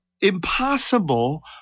impossible